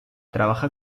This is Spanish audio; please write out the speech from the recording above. trabaja